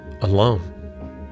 alone